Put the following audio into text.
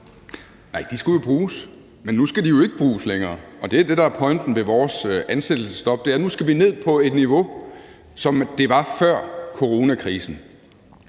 Nej, de skulle jo bruges, men nu skal de ikke bruges længere, og det er det, der er pointen ved vores ansættelsesstop – det er, at nu skal vi ned på et niveau, som det var på før coronakrisen.